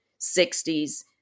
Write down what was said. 60s